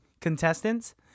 contestants